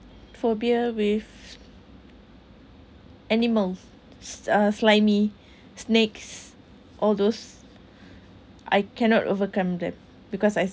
phobia with animals uh slimy snakes all those I cannot overcome them because I